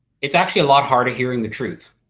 it's actually a lot harder hearing the truth.